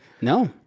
No